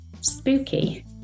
Spooky